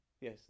yes